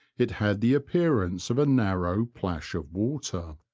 it had the appearance of a narrow plash of water.